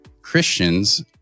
Christians